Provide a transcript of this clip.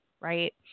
right